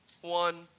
one